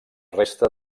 resta